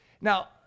Now